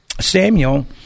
Samuel